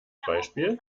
beispiel